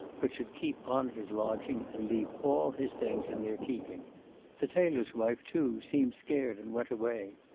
but should keep on his lodging and leave all his things in their keeping the tailor's wife too seemed scared and went away.